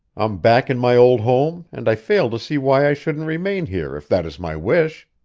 i'm back in my old home, and i fail to see why i shouldn't remain here if that is my wish.